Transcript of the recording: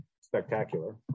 spectacular